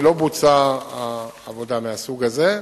ולא בוצעה עבודה מהסוג הזה,